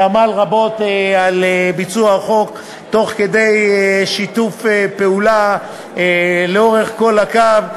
שעמל רבות על ביצוע החוק תוך שיתוף פעולה לאורך כל הקו,